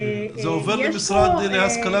לחינוך